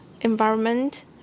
environment